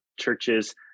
churches